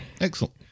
Excellent